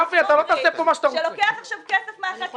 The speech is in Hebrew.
גפני, אתה לא תעשה פה מה שאתה רוצה.